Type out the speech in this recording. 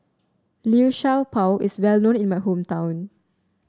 Liu Sha Bao is well known in my hometown